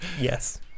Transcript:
yes